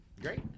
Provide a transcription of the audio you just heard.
Great